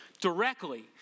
directly